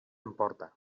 emporta